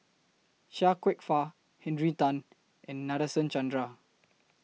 Chia Kwek Fah Henry Tan and Nadasen Chandra